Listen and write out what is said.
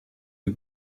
the